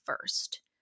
first